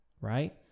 right